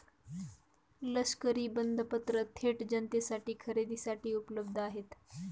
लष्करी बंधपत्र थेट जनतेसाठी खरेदीसाठी उपलब्ध आहेत